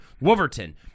Wolverton